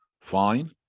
fine